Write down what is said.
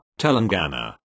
Telangana